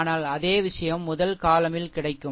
ஆனால் அதே விஷயம் முதல் column யில் கிடைக்கும்